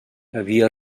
havia